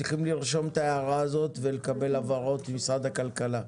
אנחנו צריכים לרשות את ההערה הזאת ולקבל הבהרות ממשרד הכלכלה.